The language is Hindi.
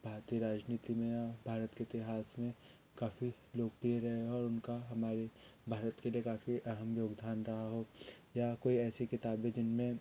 भारतीय राजनीति में या भारत के इतिहास में काफ़ी लोकप्रिय रहे हैं और उनका हमारे भारत के लिए काफ़ी अहम योगदान रहा हो या कोई ऐसी किताबें जिनमें